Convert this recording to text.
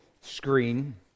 screen